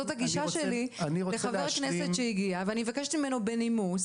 זאת הגישה שלי לחבר כנסת שהגיע ואני מבקשת ממנו בנימוס